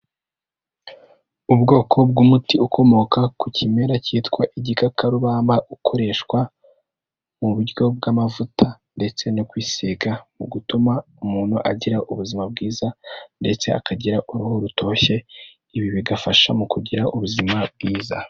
Ubwoko bw'umuti ukomoka ku kimera cyitwa igikakarubamba ukoreshwa mu buryo bw'amavuta ndetse no kwisiga, mu gutuma umuntu agira ubuzima bwiza ndetse akagira uruhu rutoshye, ibi bigafasha mu kugira ubuzima bwiza.